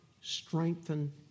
strengthen